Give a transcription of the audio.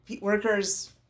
workers